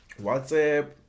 WhatsApp